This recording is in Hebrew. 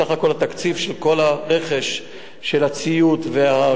סך הכול התקציב של כל הרכש של הציוד והכבאיות,